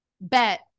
bet